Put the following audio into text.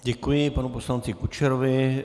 Děkuji panu poslanci Kučerovi.